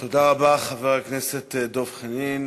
תודה רבה, חבר הכנסת דב חנין.